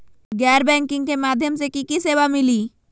गैर बैंकिंग के माध्यम से की की सेवा मिली?